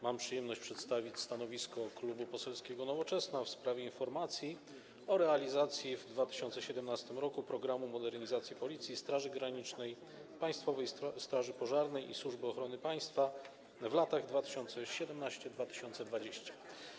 Mam przyjemność przedstawić stanowisko Klubu Poselskiego Nowoczesna w sprawie informacji o realizacji w 2017 r. „Programu modernizacji Policji, Straży Granicznej, Państwowej Straży Pożarnej i Służby Ochrony Państwa w latach 2017-2020”